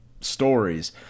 stories